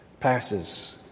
passes